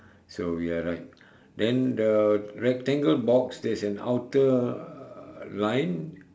so we are right then the rectangle box there's an outer uh line